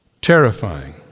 terrifying